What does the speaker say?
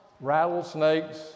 rattlesnakes